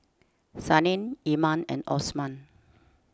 Senin Iman and Osman